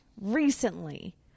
recently